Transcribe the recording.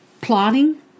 Plotting